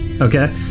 Okay